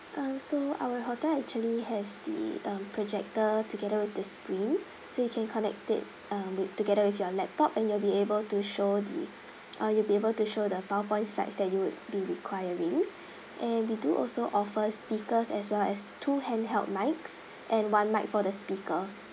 um so our hotel actually has the uh projector together with the screen so you can connect it uh with together with your laptop and you'll be able to show the uh you'll be able to show the powerpoint slides that you would be requiring and we do also offers speakers as well as two handheld mics and one mic for the speaker